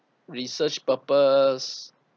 research purpose